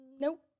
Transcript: nope